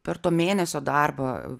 per to mėnesio darbą